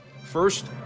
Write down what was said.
First